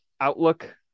outlook